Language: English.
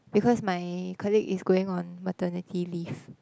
because my colleague is going on maternity leave